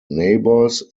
neighbours